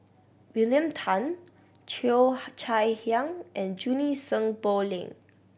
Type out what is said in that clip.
William Tan Cheo Chai Hiang and Junie Sng Poh Leng